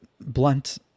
blunt